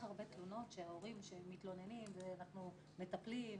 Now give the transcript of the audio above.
הרבה תלונות של הורים שמתלוננים ואנחנו מטפלים.